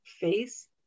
face